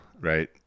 Right